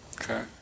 Okay